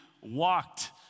walked